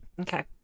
Okay